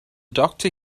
doctor